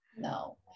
No